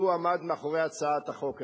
והוא עמד מאחורי הצעת החוק הזאת.